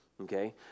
okay